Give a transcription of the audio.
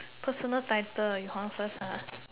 personal title you want first ah